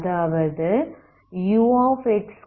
அதாவது uxt ∞Sx ytfdy